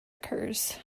occurs